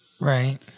Right